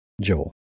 Joel